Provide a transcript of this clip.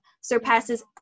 surpasses